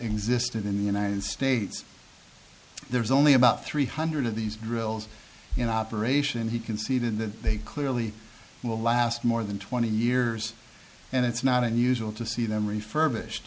existed in the united states there's only about three hundred of these drills in operation he conceded that they clearly will last more than twenty years and it's not unusual to see them refurbished